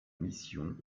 mission